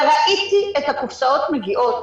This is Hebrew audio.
וראיתי את הקופסאות מגיעות.